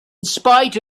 spite